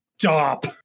Stop